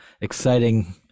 exciting